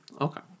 Okay